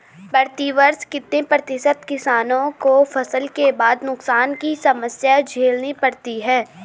प्रतिवर्ष कितने प्रतिशत किसानों को फसल के बाद नुकसान की समस्या झेलनी पड़ती है?